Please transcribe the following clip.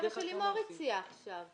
זה מה שלימור הציעה עכשיו.